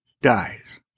dies